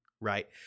Right